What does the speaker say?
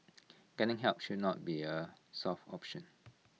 getting help should not be A soft option